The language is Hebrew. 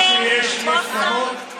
גם כשיש אי-הסכמות,